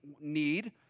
need